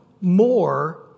more